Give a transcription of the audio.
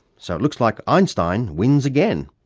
so it looks like einstein wins again.